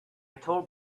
told